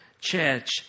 church